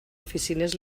oficines